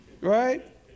right